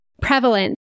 prevalent